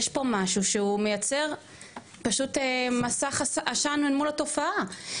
יש פה משהו שהוא מייצר פשוט מסך עשן אל מול התופעה.